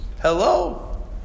Hello